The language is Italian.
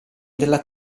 della